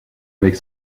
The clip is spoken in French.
avec